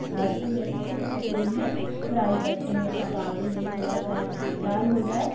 भरते हैं फिर उसको तेल में फ्राई करते हैं पकाते हैं थोड़ा सा लाल हो जाए